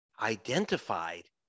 identified